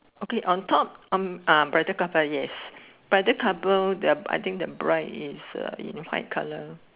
okay on top um uh yes I think the bride is uh in white colour